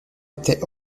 était